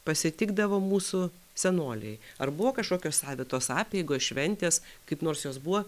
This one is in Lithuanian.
pasitikdavo mūsų senoliai ar buvo kažkokios savitos apeigos šventės kaip nors jos buvo